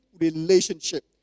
relationship